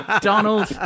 Donald